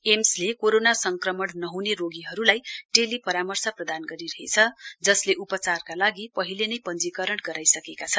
एम्सले corona संक्रमण नहुने रोगीहरूलाई टेली परामर्श प्रदान गरिरहेछ जसले उपचारका लागि पहिले नै पञ्जीकरण गराइसकेका छन्